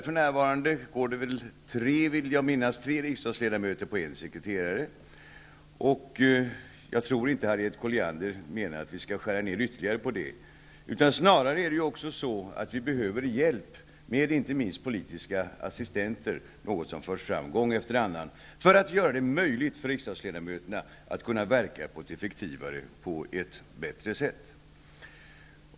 För närvarande går det tre riksdagsledamöter på en sekreterare. Jag tror inte att Harriet Colliander menar att vi skall skära ner ytterligare på det. Det är snarare så att vi behöver hjälp av inte minst politiska assistenter, något som förts fram gång efter annan, för att göra det möjligt för riksdagsledamöterna att verka på ett effektivare och bättre sätt.